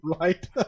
Right